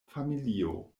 familio